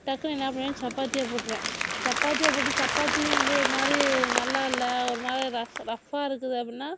டக்குனு என்ன பண்ணிவிடுவேன் சப்பாத்தியாக போட்டுருவேன் சப்பாத்தியாக போட்டு சப்பாத்தியும் வந்து ஒரு மாதிரி நல்லா இல்லை ஒரு மாதிரி ரஃப் ரஃப்பாக இருக்குது அப்படினா